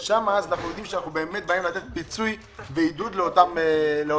אז אנחנו יודעים שאנחנו באמת באים לתת פיצוי ועידוד לאותם מעסיקים.